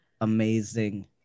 amazing